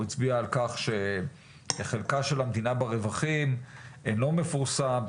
הצביע על כך שחלקה של המדינה ברווחים אינו מפורסם.